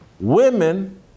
women